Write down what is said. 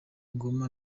ngoma